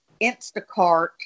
Instacart